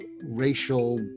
racial